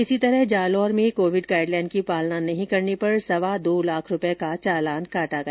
इसी तरह जालौर में कोविड गाइड लाइन की पालना नहीं करने पर सवा दो लाख रूपए का चालान काटा गया